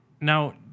Now